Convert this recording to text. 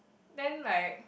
then like